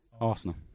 Arsenal